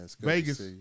Vegas